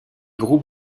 groupes